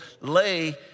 lay